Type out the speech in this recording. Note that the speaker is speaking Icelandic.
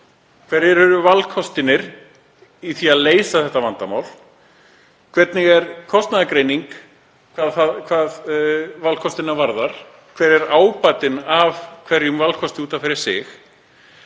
hverjir valkostirnir eru við að leysa þetta vandamál. Hvernig er kostnaðargreining hvað valkostina varðar? Hver er ábatinn af hverjum valkosti fyrir sig?